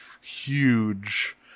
huge